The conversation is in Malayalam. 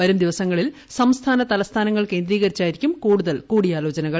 വരുംദിവസങ്ങളിൽ സംസ്ഥാന തലസ്ഥാനങ്ങൾ കേന്ദ്രീകരിച്ചായിരിക്കും കൂടുതൽ കൂടിയാലോചനകൾ